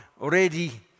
already